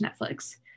Netflix